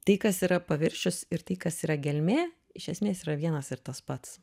tai kas yra paviršius ir tai kas yra gelmė iš esmės yra vienas ir tas pats